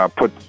put